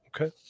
Okay